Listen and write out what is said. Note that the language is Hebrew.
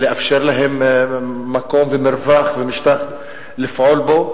לאפשר להם מקום ומרווח ומשטח לפעול בו,